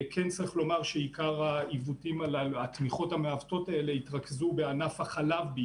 כן צריך לומר שעיקר התמיכות המעוותות האלה התרכזו בעיקר בענף החלב,